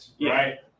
right